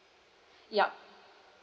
ya